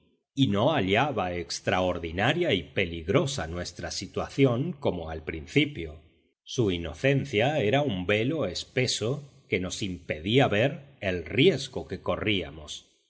y no hallaba extraordinaria y peligrosa nuestra situación como al principio su inocencia era un velo espeso que nos impedía ver el riesgo que corríamos